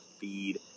feed